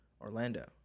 Orlando